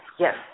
Yes